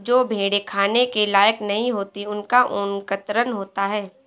जो भेड़ें खाने के लायक नहीं होती उनका ऊन कतरन होता है